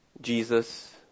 Jesus